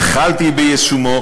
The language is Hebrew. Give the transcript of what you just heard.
התחלתי ביישומו,